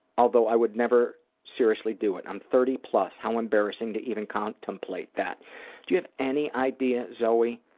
although i would never seriously do it. i'm thirty plus, how embarrassing to even contemplate that. do you have any idea, zoe,